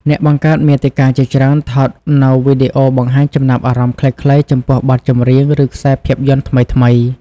អ្នកបង្កើតមាតិកាជាច្រើនថតនូវវីដេអូបង្ហាញចំណាប់អារម្មណ៍ខ្លីៗចំពោះបទចម្រៀង ឬ ខ្សែភាពយន្តថ្មីៗ។